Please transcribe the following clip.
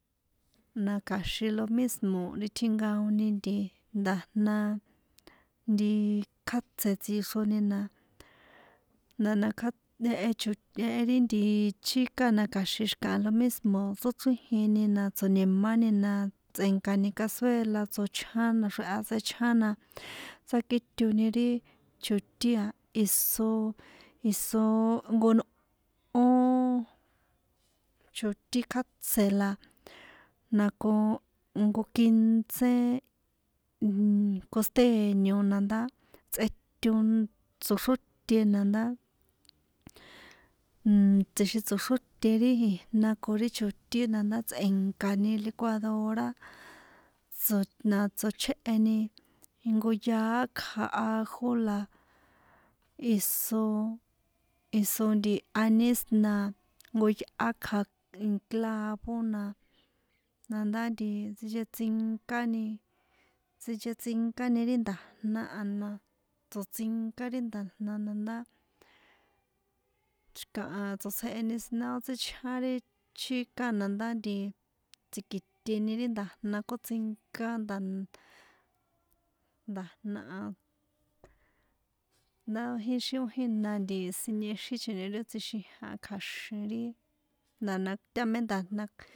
Na kja̱xin lo mismo ri tjinkaoni nti nda̱jna nti kjátse tsixroni na na nda̱jna kja e chot jehe ri nti chika na kja̱xin xi̱kaha lo mismo tsóchrijini na tsjo̱ni̱mani na tsꞌe̱nkani cazuela tsochján naxreha tsechján na tsakitoni ri chotín a iso isoo jnko nꞌóoo chotín kjátse la na ko jnko quince nnnn costeño na ndá tsꞌeto tsoxróte na ndá nnnn tsjixin tsoxróte ri ijna ko ri chotín na ndá tsꞌe̱nkani licuadore la tsochjéheni jnko yaá ikja ajo la iso iso nti aniz na jnko yꞌá kja nnn clavo na na ndá nti tsinchetsinkani tsinchetsinkani ri nda̱jna a na tsiṭsinka ri nda̱jna na ndá xi̱kaha tsotsjeheni siná ó tsíchján ri chika na ndá nti tsi̱kiṭeni ri nda̱jna kótsinká nda̱ nda̱jna a, ndá ixi ó jina siniexichoni ri tsjixijan kja̱xin ri nda̱jna tá me nda̱jna.